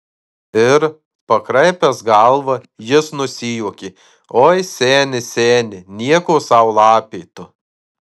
ir pakraipęs galvą jis nusijuokė oi seni seni nieko sau lapė tu